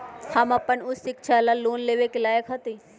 हम अपन उच्च शिक्षा ला लोन लेवे के लायक हती?